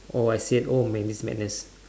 oh I said oh madness madness